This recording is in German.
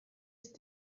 ist